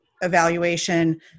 evaluation